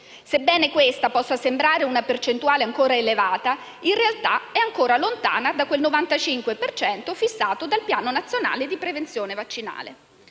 Sebbene questa possa sembrare una percentuale ancora elevata, in realtà è ancora lontana da quel 95 per cento fissato dal Piano nazionale prevenzione vaccinale.